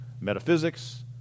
Metaphysics